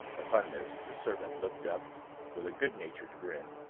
upon this, the servant looked up with a good-natured grin,